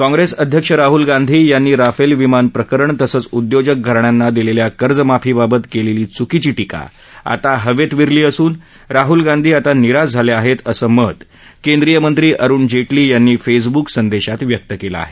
काँग्रेस अध्यक्ष राहूल गांधी यांनी राफेल विमान प्रकरण तसंच उद्योजक घराण्यांना दिलेल्या कर्ज माफीबाबत केलेली चुकीची टीका आता हवेत विरली असून राहल गांधी आता निराश झाले आहेत असं मत केंद्रीयमंत्री अरुण जेटली यांनी फेसबुक संदेशात व्यक्त केलं आहे